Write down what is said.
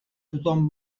tothom